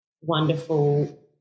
wonderful